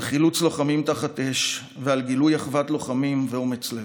על חילוץ לוחמים תחת אש ועל גילוי אחוות לוחמים ואומץ לב.